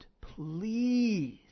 please